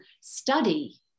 study